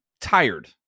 tired